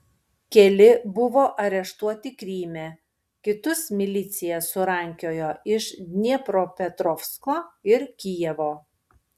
keli buvo areštuoti kryme kitus milicija surankiojo iš dniepropetrovsko ir kijevo